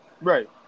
Right